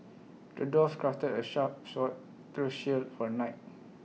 the dwarf crafted A sharp sword through shield for the knight